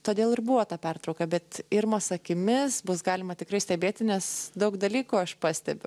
todėl ir buvo ta pertrauka bet irmos akimis bus galima tikrai stebėti nes daug dalykų aš pastebiu